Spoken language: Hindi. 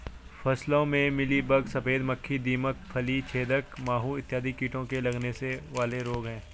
फसलों में मिलीबग, सफेद मक्खी, दीमक, फली छेदक माहू इत्यादि कीटों के लगने से होने वाले रोग हैं